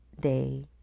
day